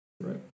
Right